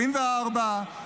24,